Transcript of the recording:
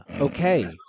Okay